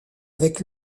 avec